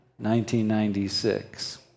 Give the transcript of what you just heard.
1996